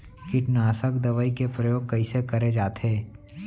कीटनाशक दवई के प्रयोग कइसे करे जाथे?